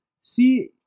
See